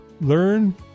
learn